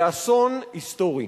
לאסון היסטורי.